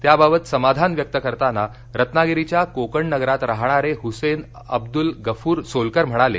त्याबाबत समाधान व्यक्त करताना रत्नागिरीच्या कोकण नगरात राहणारे हसेन अब्दुलगफूर सोलकर म्हणाले